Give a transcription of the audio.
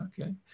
okay